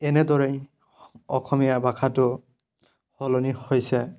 এনেদৰেই অসমীয়া ভাষাটো সলনি হৈছে